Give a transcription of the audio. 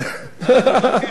אתה רוצה עם הסמכויות, אני מבין.